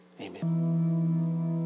Amen